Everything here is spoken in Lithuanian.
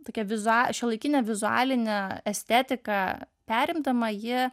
tokią vizua šiuolaikinę vizualinę estetiką perimdama ji